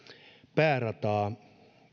päärataa